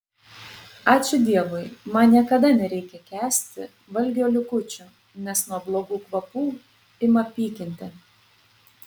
ačiū dievui man niekada nereikia kęsti valgio likučių nes nuo blogų kvapų ima pykinti